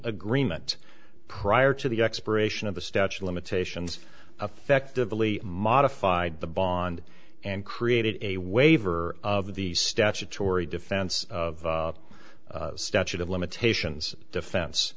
agreement prior to the expiration of the statue limitations affectively modified the bond and created a waiver of the statutory defense of the statute of limitations defen